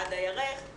עד הירך,